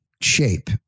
shape